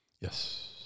Yes